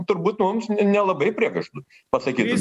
turbūt mums nelabai priekaištų pasakytų